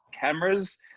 cameras